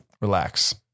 relax